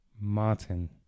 Martin